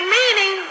meaning